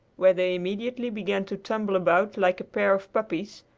where they immediately began to tumble about like a pair of puppies,